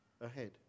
ahead